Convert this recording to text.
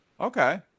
Okay